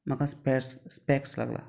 म्हाका spares specs लागला